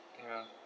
ya